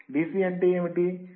DC అంటే ఏమిటి